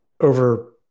over